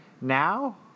Now